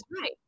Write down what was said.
right